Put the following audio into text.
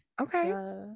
Okay